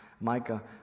Micah